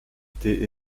été